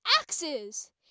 axes